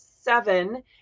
seven